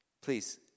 please